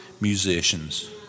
musicians